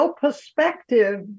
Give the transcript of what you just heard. perspective